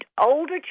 older